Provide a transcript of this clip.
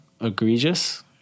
egregious